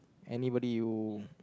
anybody you